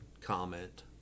comment